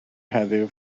heddiw